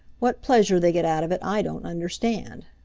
what pleasure they get out of it i don't understand.